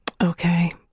Okay